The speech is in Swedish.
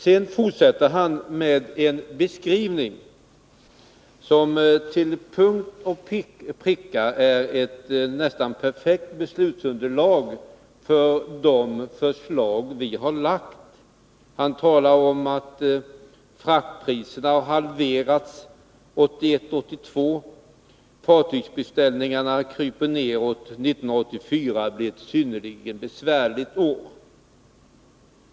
Han fortsatte med en beskrivning som till punkt och pricka är ett nästan perfekt beslutsunderlag för de förslag vi har framlagt. Han talade om att fraktpriserna har halverats 1981-1982. Fartygsbeställningarna minskar — 1984 blir ett synnerligen besvärligt år.